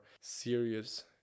serious